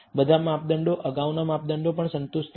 બધા માપદંડો અગાઉના માપદંડો પણ સંતુષ્ટ થયા